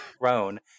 throne